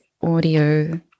audio